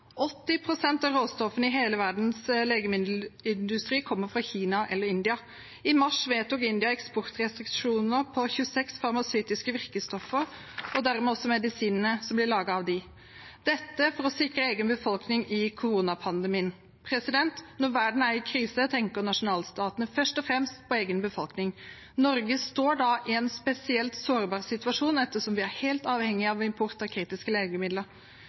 av råstoffene i hele verdens legemiddelindustri kommer fra Kina eller India. I mars vedtok India eksportrestriksjoner på 26 farmasøytiske virkestoffer og dermed også medisinene som blir laget av dem, dette for å sikre egen befolkning i koronapandemien. Når verden er i krise, tenker nasjonalstatene først og fremst på egen befolkning. Norge står da i en spesielt sårbar situasjon, ettersom vi er helt avhengige av import av kritiske legemidler.